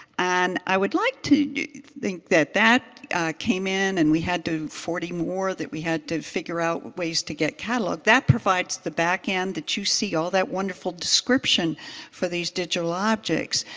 and i would like to think that that came in and we had forty more that we had to figure out ways to get cataloged. that provides the back end that you see, all that wonderful description for these digital objects.